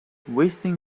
wasting